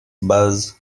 bars